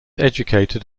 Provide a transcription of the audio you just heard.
educated